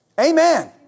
Amen